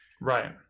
Right